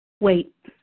Wait